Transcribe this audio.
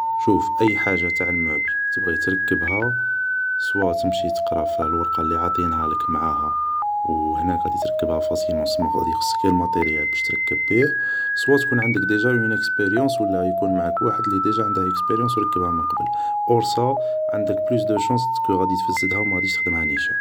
شوف اي حاج تاع الموبل تبغي تركبها ، صوا تمشي تقرا في الورق اللي عاطيينهالك معاها و هناك غادي تركبها فاسيلمون سما غادي يخصك غي الماتريال باش تركب بيه ، صوا تكون عندك ديجا اون اكسبيريونس ولا يكون معاك واحد اللي ديجا عنده اكسبيريونس و ركبها من قبل ، اور صا عندك بلوس دو شانص كو غادي تفزدها و مغاديش تخدمها نيشان